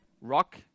rock